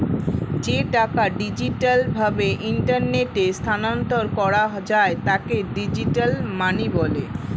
যে টাকা ডিজিটাল ভাবে ইন্টারনেটে স্থানান্তর করা যায় তাকে ডিজিটাল মানি বলে